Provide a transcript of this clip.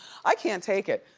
i can't take it.